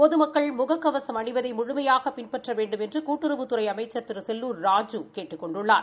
பொதுமக்கள் முக கவசம் அணிவதை முழுமையாக பின்பற்ற வேண்டுமென்று கூட்டுறவுத்துறை அமைச்சர் திரு செல்லூர் ராஜூ கேட்டுக் கொண்டுள்ளார்